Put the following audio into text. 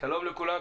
שלום לכולם,